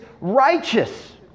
righteous